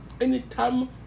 anytime